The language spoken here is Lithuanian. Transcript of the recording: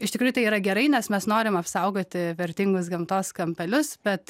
iš tikrųjų tai yra gerai nes mes norim apsaugoti vertingus gamtos kampelius bet